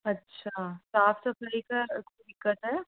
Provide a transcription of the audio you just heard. अच्छा साफ़ सफाई का दिक्कत है